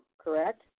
correct